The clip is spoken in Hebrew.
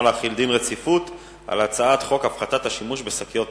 להחיל דין רציפות על הצעת חוק הפחתת השימוש בשקיות פלסטיק,